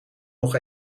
nog